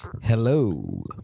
Hello